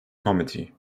committee